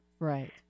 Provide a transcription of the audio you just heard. Right